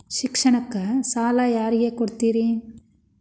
ಶಿಕ್ಷಣಕ್ಕ ಸಾಲ ಯಾರಿಗೆ ಕೊಡ್ತೇರಿ?